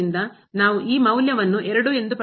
ಆದ್ದರಿಂದ ನಾವು ಈ ಮೌಲ್ಯವನ್ನು 2 ಎಂದು ಪಡೆಯುತ್ತೇವೆ